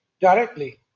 directly